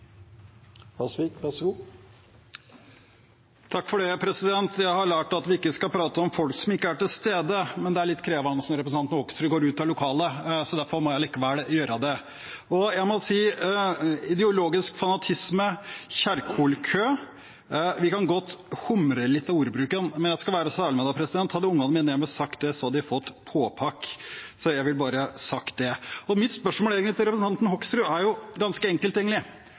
skal prate om folk som ikke er til stede, men det er litt krevende når representanten Hoksrud går ut av lokalet. Derfor må jeg likevel gjøre det. «Ideologifanatikere», «Kjerkol-kø» – vi kan godt humre litt av ordbruken, men jeg skal være ærlig: Hadde ungene mine sagt dette, hadde de fått påpakning. Så har jeg bare sagt det. Mitt spørsmål til representanten Hoksrud er ganske enkelt: